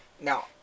Now